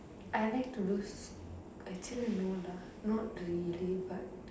I like to do actually no lah not really but